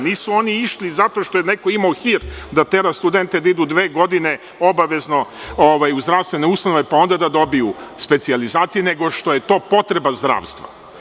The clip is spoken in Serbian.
Nisu oni išli zato što je neko imao hir da tera studente da idu dve godine obavezno u zdravstvene ustanove, pa onda da dobiju specijalizacije, nego što je to potreba zdravstva.